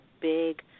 big